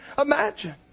imagine